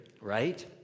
right